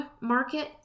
market